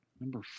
number